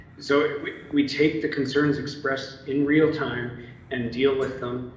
so we we take the concerns expressed in real time and deal with them.